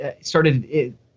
started